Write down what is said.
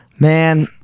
man